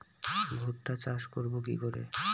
ভুট্টা চাষ করব কি করে?